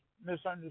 misunderstood